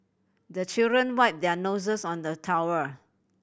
the children wipe their noses on the towel